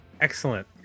excellent